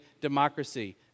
democracy